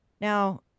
Now